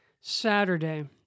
Saturday